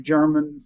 German